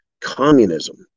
communism